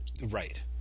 Right